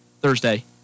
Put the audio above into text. Thursday